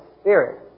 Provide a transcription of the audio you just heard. spirit